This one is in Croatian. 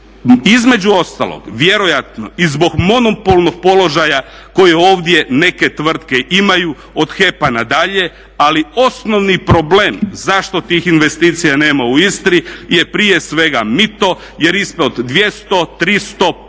Između ostalog, vjerojatno i zbog monopolnog položaja koji ovdje neke tvrtke imaju od HEP-a na dalje ali osnovni problem zašto tih investicija nema u Istri je prije svega mito jer ispod 200, 300,